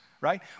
right